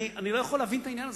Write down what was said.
אני לא יכול להבין את העניין הזה.